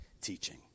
teaching